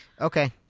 Okay